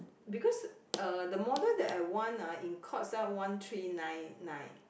because uh the model that I want ah in Courts sell one one three nine nine